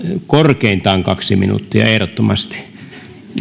korkeintaan kaksi minuuttia ehdottomasti